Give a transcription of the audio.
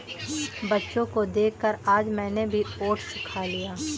बच्चों को देखकर आज मैंने भी ओट्स खा लिया